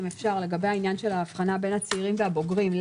לגבי ההבחנה בין הצעירים לבוגרים.